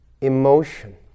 emotion